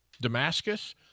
Damascus